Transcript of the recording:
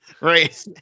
Right